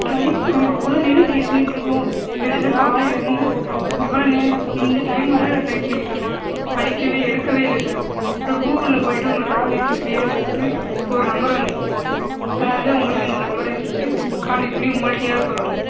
try அவ்வளோ நேரம் try பண்ணிகிட்டு இருக்கோம் கிட்டத்தட்ட காலைலேருந்து இவ்வளோ நே இந்த டைம் வரை டிரை பண்ணிக்கிட்டு இருக்கோம் அடிக்கவே எடுக்கவே இல்லை சார் அப்புறம் கூகுளில் போய்விட்டு உங்கள் டிராவல் ஏஜென்ட்டு பேரை போட்டு இப்போ ஒரு நம்பர் வந்துச்சு சார் அதனால்தான் உங்களுக்கு இந்த நம்பரை வைச்சி கான்டக்ட் பண்ணி உங்கள்கிட்டையாவது சொல்கிறேன்